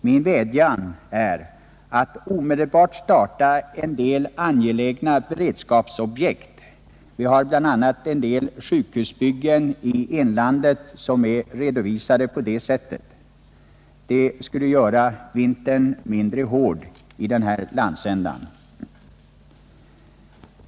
Min vädjan är att omedelbart starta en del angelägna beredskapsobjekt; det finns bl.a. en del sjukhusbyggen i inlandet som är redovisade som sådana objekt. Det skulle göra vintern mindre hård i denna landsända.